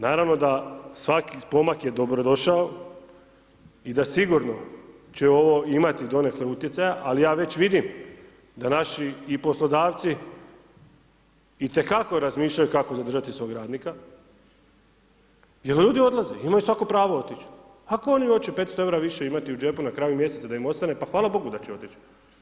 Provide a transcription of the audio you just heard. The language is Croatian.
Naravno da svaki pomak je dobro došao i da sigurno će ovo imati donekle utjecaja, ali ja već vidim da naši i poslodavci itekako razmišljaju kako zadržati svog radnika jel ljudi odlaze, ima svatko pravo otići, ako oni hoće 500,00 EUR-a imati više u džepu na kraju mjeseca da im ostane, pa hvala Bogu da će otići.